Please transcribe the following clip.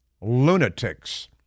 lunatics